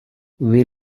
where